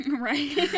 Right